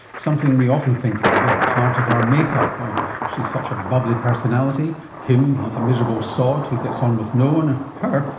something we often think ah of as part of our make-up oh she's such a bubbly personality, him, he's a miserable sod who gets on with no one', and her,